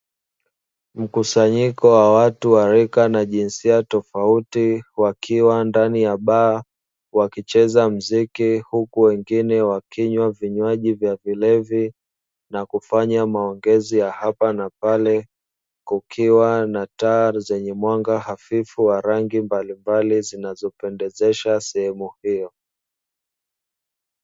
Mkusanyiko wa watu wa rika na jinsia tofauti wakiwa ndani ya baa, wakicheza mziki huku wengine wakinywa vinywaji vya vilevi, na kufanya maongezi ya hapa na pale, kukiwa na taa zenye mwanga hafifu wa rangi mbalimbali zinazopendezesha sehemu hiyo.